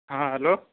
ہاں ہلو